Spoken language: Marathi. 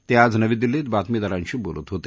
ते आज नवी दिल्लीत बातमीदारांशी बोलत होते